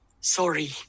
Sorry